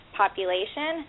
population